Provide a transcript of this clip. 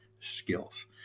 skills